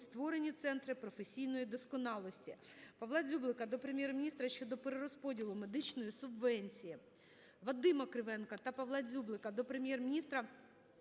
створені центри професійної досконалості. Павла Дзюблика до Прем'єр-міністра щодо перерозподілу медичної субвенції. Вадима Кривенка та Павла Дзюблика до Прем'єр-міністра